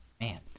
Man